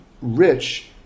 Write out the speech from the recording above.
rich